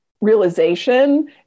realization